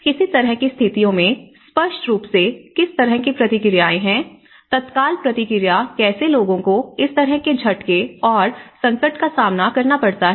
किसी तरह की स्थितियों में स्पष्ट रूप से किस तरह की प्रतिक्रियाएं हैं तत्काल प्रतिक्रिया कैसे लोगों को इस तरह के झटके और संकट का सामना करना पड़ता है